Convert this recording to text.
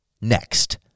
next